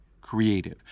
creative